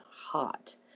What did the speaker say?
hot